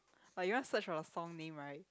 like you want to search for the song name right